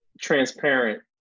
transparent